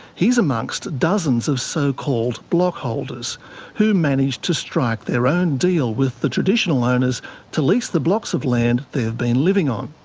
he's amongst dozens of so-called block holders who managed to strike their own deal with the traditional owners to lease the blocks of land they've been living on.